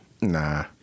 Nah